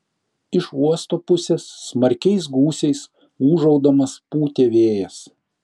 iš uosto pusės smarkiais gūsiais ūžaudamas pūtė vėjas